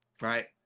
Right